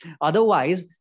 otherwise